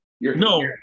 No